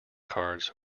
cards